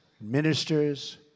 ministers